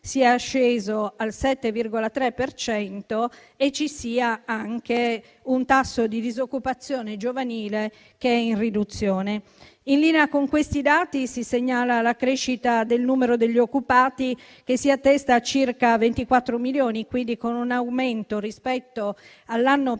sia sceso al 7,3 per cento e ci sia anche un tasso di disoccupazione giovanile in riduzione. In linea con questi dati, si segnala la crescita del numero degli occupati, che si attesta a circa 24 milioni, con un aumento rispetto all'anno precedente